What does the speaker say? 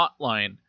Hotline